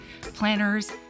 planners